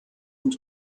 und